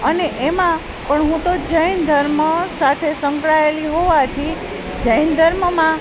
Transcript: અને એમાં પણ હું તો જૈન ધર્મ સાથે સંકળાયેલી હોવાથી જૈન ધર્મમાં